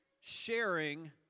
sharing